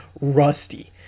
rusty